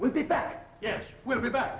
we'll be back yes we'll be back